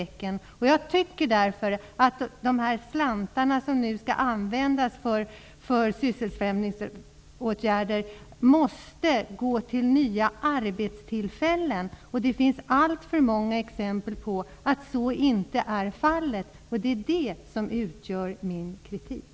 Jag anser därför att de slantar som nu skall användas för sysselsättningsbefrämjande åtgärder måste gå till nya arbetstillfällen. Det finns alltför många exempel på att så inte är fallet. Det är detta som utgör min kritik.